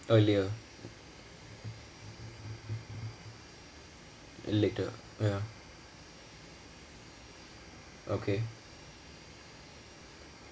earlier later ya okay